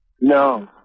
No